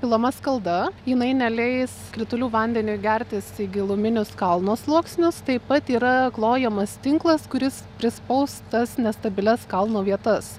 pilama skalda jinai neleis kritulių vandeniui gertis į giluminius kalno sluoksnius taip pat yra klojamas tinklas kuris prispaus tas nestabilias kalno vietas